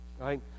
right